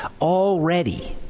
Already